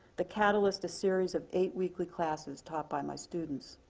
the catalyst, a series of eight weekly classes taught by my students.